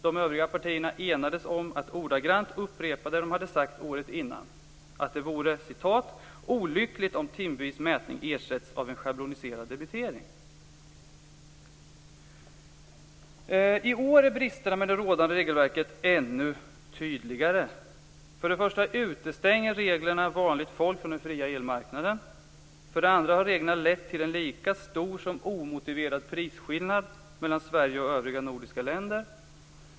De övriga partierna enades om att nästan ordagrant upprepa det de hade sagt året innan, nämligen att det vore "olyckligt om timvis mätning skulle ersättas av en schabloniserad debitering". I år är bristerna med det rådande regelverket ännu tydligare. För det första utestänger reglerna vanligt folk från den fria elmarknaden. För det andra har reglerna lett till en lika stor som omotiverad prisskillnad mellan Sverige och övriga nordiska länder.